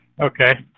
Okay